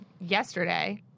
yesterday